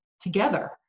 together